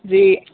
जी